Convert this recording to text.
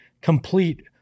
complete